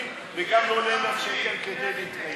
לא ל-70 וגם לא ל-100 שקל כדי להתקיים.